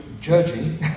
judging